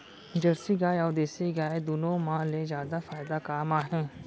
Jersey गाय अऊ देसी गाय दूनो मा ले जादा फायदा का मा हे?